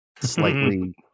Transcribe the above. slightly